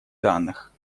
данных